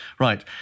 Right